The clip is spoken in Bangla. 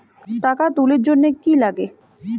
টাকা তুলির জন্যে কি লাগে?